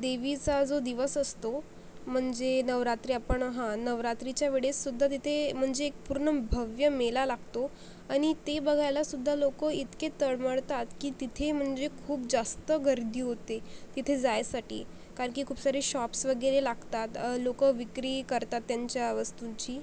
देवीचा जो दिवस असतो म्हणजे नवरात्री आपण हां नवरात्रीच्या वेळेससुद्धा तिथे म्हणजे पूर्ण भव्य मेळा लागतो आणि ते बघायलासुद्धा लोकं इतके तळमळतात की तिथे म्हणजे खूप जास्त गर्दी होते तिथे जायसाठी कारण की खूप सारे शॉप्स वगैरे लागतात लोकं विक्री करतात त्यांच्या वस्तूची